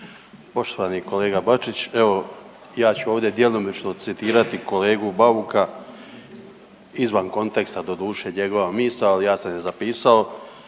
Poštovani kolega Bačić, evo ja ću ovdje djelomično citirati kolegu Bauka izvan konteksta, doduše, njegova misao, ja sam je zapisao,